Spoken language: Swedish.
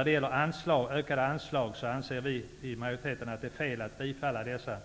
Utskottsmajoriteten anser att det är fel att bifalla framställan om ökade anslag